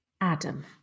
Adam